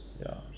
ya